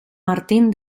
martín